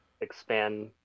expand